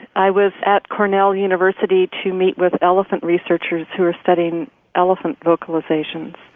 i was at cornell university to meet with elephant researchers who are studying elephant vocalizations.